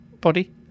body